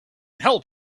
help